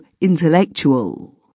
intellectual